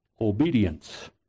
obedience